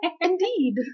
Indeed